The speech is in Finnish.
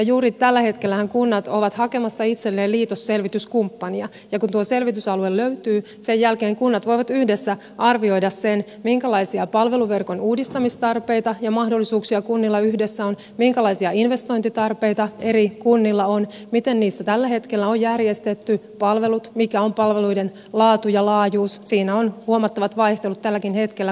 juuri tällä hetkellähän kunnat ovat hakemassa itselleen liitosselvityskumppania ja kun tuo selvitysalue löytyy sen jälkeen kunnat voivat yhdessä arvioida sen minkälaisia palveluverkon uudistamistarpeita ja mahdollisuuksia kunnilla yhdessä on minkälaisia investointitarpeita eri kunnilla on miten niissä tällä hetkellä on järjestetty palvelut mikä on palveluiden laatu ja laajuus siinä on huomattavat vaihtelut tälläkin hetkellä kunnittain